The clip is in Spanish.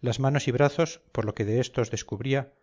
las manos y brazos por lo que de éstos descubría